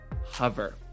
Hover